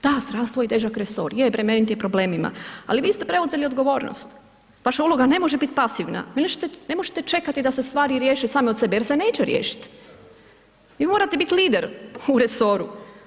Da zdravstvo je težak resor, je bremenit je problemima ali vi ste preuzeli odgovornost, vaša uloga ne može biti pasivna, ne možete čekati da se stvari riješe same od sebe jer se neće riješiti, vi morate biti lider u resoru.